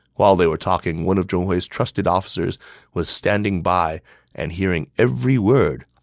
while they were talking, one of zhong hui's trusted officers was standing by and hearing every word.